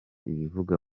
ibiva